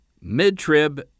mid-trib